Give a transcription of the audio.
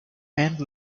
and